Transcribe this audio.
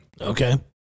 Okay